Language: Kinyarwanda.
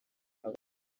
aba